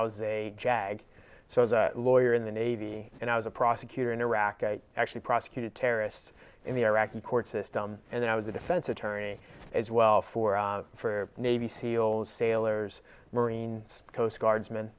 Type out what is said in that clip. i was a jag so as a lawyer in the navy and i was a prosecutor in iraq i actually prosecuted terrorists in the iraqi court system and i was a defense attorney as well for for navy seals sailors marines coast guards